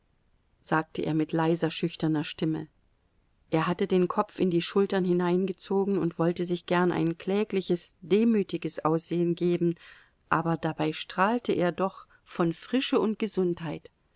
sagte er mit leiser schüchterner stimme er hatte den kopf in die schultern hineingezogen und wollte sich gern ein klägliches demütiges aussehen geben aber dabei strahlte er doch von frische und gesundheit